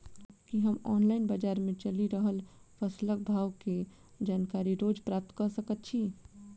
की हम ऑनलाइन, बजार मे चलि रहल फसलक भाव केँ जानकारी रोज प्राप्त कऽ सकैत छी?